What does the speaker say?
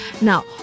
Now